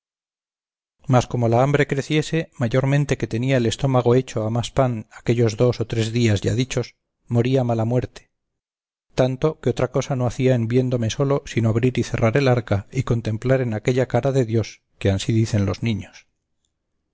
mas como la hambre creciese mayormente que tenía el estómago hecho a más pan aquellos dos o tres días ya dichos moría mala muerte tanto que otra cosa no hacía en viéndome solo sino abrir y cerrar el arca y contemplar en aquella cara de dios que ansí dicen los niños